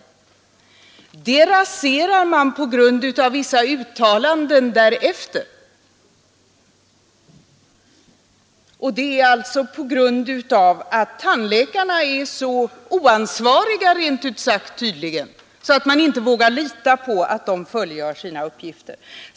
Den enigheten raserar man nu på grund av vissa uttalanden därefter. Man insinuerar att tandläkarna som kår är så oansvariga att man inte vågar lita på att de kommer att fullgöra sina uppgifter.